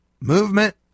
Movement